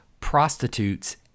prostitutes